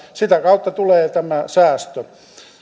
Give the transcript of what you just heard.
sitä kautta tulee tämä säästö